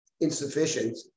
insufficient